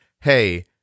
Hey